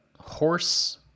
horse